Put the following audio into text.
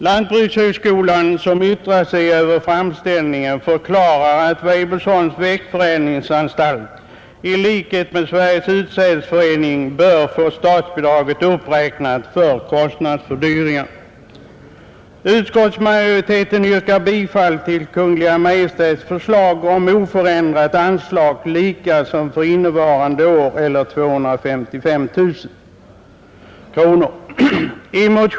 Lantbrukshögskolan, som yttrat sig över framställningen, förklarar att Weibullsholms växtförädlingsanstalt i likhet med Sveriges utsädesförening bör få statsbidraget uppräknat för kostnadsfördyringen. Utskottsmajoriteten yrkar bifall till Kungl. Maj:ts förslag om oförändrat anslag, eller 255 000 kronor.